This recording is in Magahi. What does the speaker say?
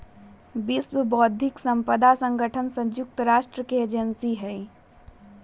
विश्व बौद्धिक साम्पदा संगठन संयुक्त राष्ट्र के एजेंसी हई